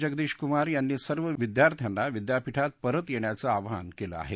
जगदीश कुमार यांनी सर्व विद्यार्थ्याना विद्यापिठात परत येण्याचं आवाहन केलं आहे